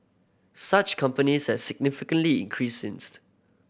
such companies have significantly increased since